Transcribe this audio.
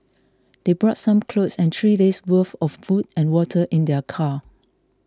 they brought some clothes and three days' worth of food and water in their car